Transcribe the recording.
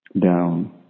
down